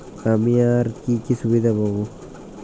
আমি আর কি কি সুবিধা পাব?